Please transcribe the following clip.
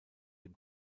dem